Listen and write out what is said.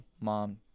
mom